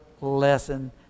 lesson